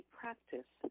practice